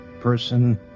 person